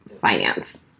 finance